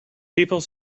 people